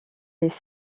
les